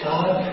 God